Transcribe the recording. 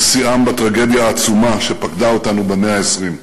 ששיאם בטרגדיה העצומה שפקדה אותנו במאה ה-20.